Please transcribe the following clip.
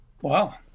Wow